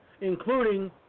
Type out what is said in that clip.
including